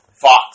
Fox